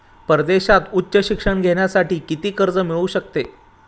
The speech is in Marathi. परदेशात उच्च शिक्षण घेण्यासाठी किती कर्ज मिळू शकते?